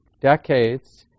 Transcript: decades